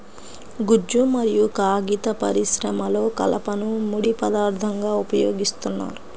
గుజ్జు మరియు కాగిత పరిశ్రమలో కలపను ముడి పదార్థంగా ఉపయోగిస్తున్నారు